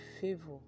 favor